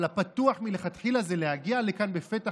אבל הפתוח מלכתחילה זה להגיע לכאן בפתח